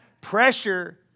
Pressure